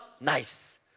nice